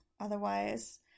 Otherwise